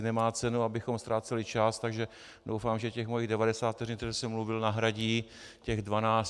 Nemá cenu, abychom ztráceli čas, takže doufám, že těch mých devadesát vteřin, které jsem mluvil, nahradí těch dvanáct.